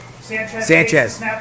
Sanchez